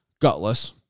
Gutless